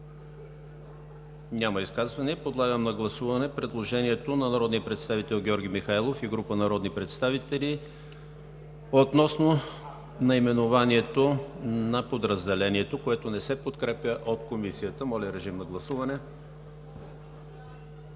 Няма изказвания. Подлагам на гласуване предложението на народния представител Георги Михайлов и група народни представители относно наименованието на подразделението, което не се подкрепя от Комисията. Гласували